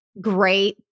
great